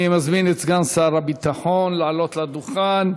אני מזמין את סגן שר הביטחון לעלות לדוכן